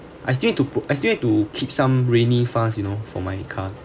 I still need to put I still need to keep some rainy fast you know for my car